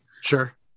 Sure